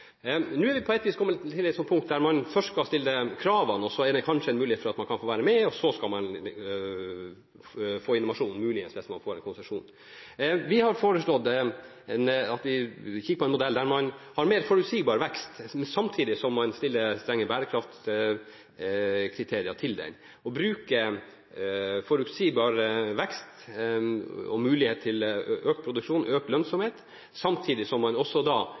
Nå er man kommet til det punkt at man først skal stille kravene, så er det kanskje mulighet for at man kan få være med, og så skal man ikke få informasjon om mulighetene for vekst hvis man får en konsesjon. Vi har foreslått at vi kikker på en modell der man har mer forutsigbar vekst, samtidig som det følger strenge bærekraftkriterier med den – å bruke forutsigbar vekst og mulighet til økt produksjon og økt lønnsomhet samtidig som man